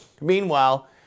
Meanwhile